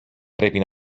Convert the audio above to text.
πρέπει